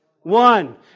one